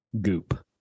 Goop